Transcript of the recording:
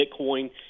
Bitcoin